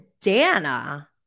Dana